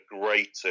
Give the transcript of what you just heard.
greater